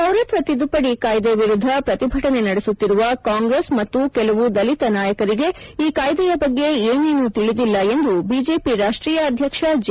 ಪೌರತ್ವ ತಿದ್ದುಪದಿ ಕಾಯ್ದೆ ವಿರುದ್ದ ಪ್ರತಿಭಟನೆ ನಡೆಸುತ್ತಿರುವ ಕಾಂಗ್ರೆಸ್ ಮತ್ತು ಕೆಲವು ದಲಿತ ನಾಯಕರಿಗೆ ಈ ಕಾಯ್ದೆಯ ಬಗ್ಗೆ ಏನೇನು ತಿಳಿದಿಲ್ಲ ಎಂದು ಬಿಜೆಪಿ ರಾಷ್ಟೀಯ ಅಧ್ಯಕ್ಷ ಜೆ